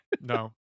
no